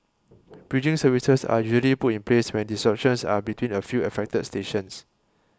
bridging services are usually put in place when disruptions are between a few affected stations